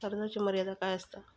कर्जाची मर्यादा काय असता?